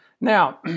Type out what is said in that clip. Now